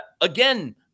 Again